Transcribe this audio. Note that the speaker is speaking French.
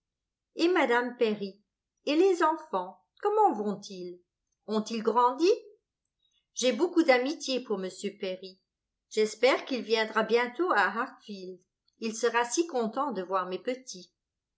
et mme perry et les enfants comment vont-ils ont-ils grandi j'ai beaucoup d'amitié pour m perry j'espère qu'il viendra bientôt à hartfield il sera si content de voir mes petits